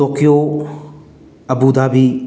Tokyo Abu Dhabi